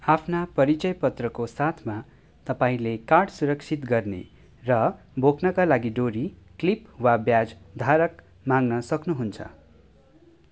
आफ्ना परिचय पत्रको साथमा तपाईँले कार्ड सुरक्षित गर्ने र बोक्नका लागि डोरी क्लिप वा ब्याजधारक माग्न सक्नुहुन्छ